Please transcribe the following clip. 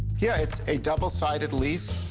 yeah, it's a double-sided leaf.